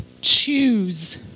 choose